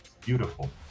beautiful